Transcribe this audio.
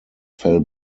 fell